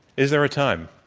is there a time?